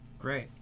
Great